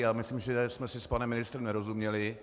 Já myslím, že jsme si s panem ministrem nerozuměli.